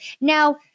Now